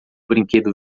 brinquedo